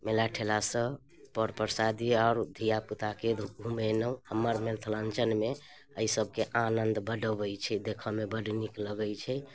मेला ठेलासँ पर परसादी आओर धिआपुताके घुमेलहुँ हमर मिथिलाञ्चलमे एहिसबके आनन्द बड़ अबै छै देखऽमे बड़ नीक लगै छै